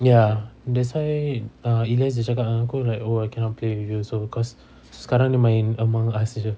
ya that's why ah ilyas dia cakap dengan aku like oh I cannot play with you cause sekarang dia main among us jer